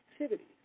activities